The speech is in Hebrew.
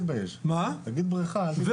תגיד בריכה, אל תתבייש.